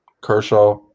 Kershaw